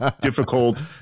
difficult